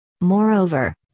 Moreover